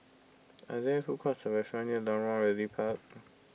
are there food courts or near Lorong one Realty Park